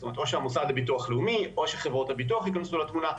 זאת אומרת או שהמוסד לביטוח לאומי או שחברות הביטוח ייכנסו לתמונה,